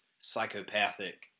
psychopathic